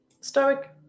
stoic